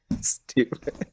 Stupid